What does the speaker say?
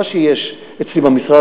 מה שיש אצלי במשרד,